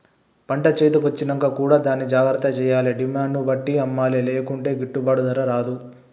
పంట చేతి కొచ్చినంక కూడా దాన్ని జాగ్రత్త చేయాలే డిమాండ్ ను బట్టి అమ్మలే లేకుంటే గిట్టుబాటు ధర రాదు